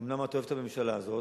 אומנם אתה אוהב את הממשלה הזאת,